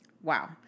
Wow